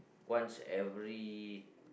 once every